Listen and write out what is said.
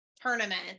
tournament